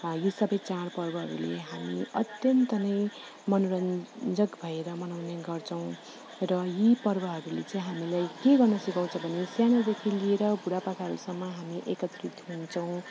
यी सबै चाड पर्वहरूले हामी अत्यन्त नै मनोरन्जक भएर मनाउने गर्छौँ र यी पर्वहरूले चाहिँ हामीलाई के गर्न सिकाउँछ भने सानोदेखि लिएर बुढापाकाहरूसम्म हामी एकत्रित हुन्छौँ